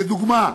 כדוגמה,